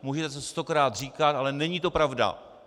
Můžete si to stokrát říkat, ale není to pravda.